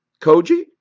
Koji